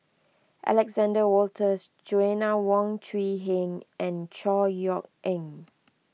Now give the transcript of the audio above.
Alexander Wolters Joanna Wong Quee Heng and Chor Yeok Eng